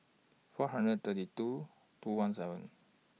four hundred thirty two two hundred seven